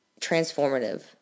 transformative